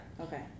Okay